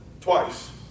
Twice